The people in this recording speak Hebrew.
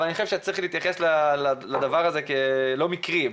אבל לדעתי צריך להתייחס לדבר הזה כלא מקרי.